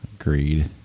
Agreed